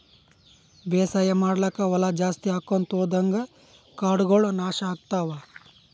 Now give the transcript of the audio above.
ಬೇಸಾಯ್ ಮಾಡ್ಲಾಕ್ಕ್ ಹೊಲಾ ಜಾಸ್ತಿ ಆಕೊಂತ್ ಹೊದಂಗ್ ಕಾಡಗೋಳ್ ನಾಶ್ ಆಗ್ಲತವ್